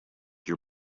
your